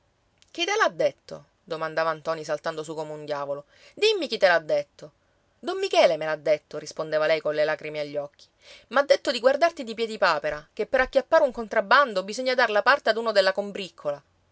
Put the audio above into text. chi te l'ha detto domandava ntoni saltando su come un diavolo dimmi chi te l'ha detto don michele me l'ha detto rispondeva lei colle lacrime agli occhi m'ha detto di guardarti di piedipapera che per acchiappare un contrabbando bisogna dar la parte ad uno della combriccola